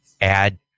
add